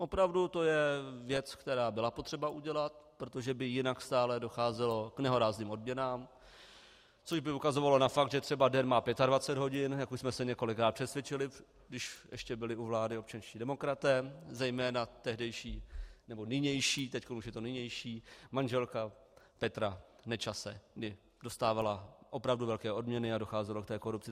Opravdu, to je věc, která byla potřeba udělat, protože by jinak stále docházelo k nehorázným odměnám, což by ukazovalo na fakt, že třeba den má 25 hodin, jak už jsme se několikrát přesvědčili, když ještě byli u vlády občanští demokraté, zejména tehdejší, nebo nynější, teď už je to nynější manželka Petra Nečase, kdy dostávala opravdu velké odměny a docházelo ke korupci.